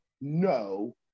no